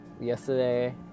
yesterday